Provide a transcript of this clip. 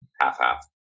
half-half